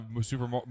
Super